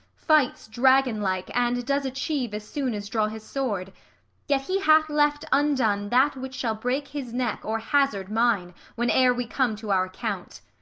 fights dragon-like, and does achieve as soon as draw his sword yet he hath left undone that which shall break his neck or hazard mine whene'er we come to our account.